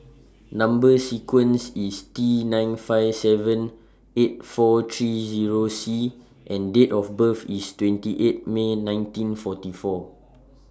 Number sequence IS T nine five seven eight four three Zero C and Date of birth IS twenty eight May nineteen forty four